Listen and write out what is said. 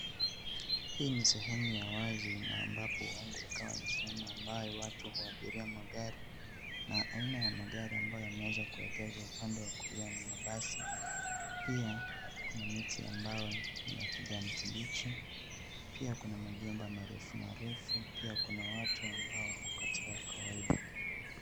Hii ni sehemu ya wazi na ambapo huenda ikawa ni sehemu ambayo watu huabiria magari na aina ya magari ambayo yameweza kuegeshwa upande wa kulia ni mabasi. Pia kuna miti ambayo ni ya kijani kibichi, pia kuna majumba marefu marefu, pia kuna watu ambao wako katika kawaida.